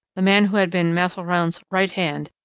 the man who had been mazarin's right hand,